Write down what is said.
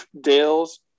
Dale's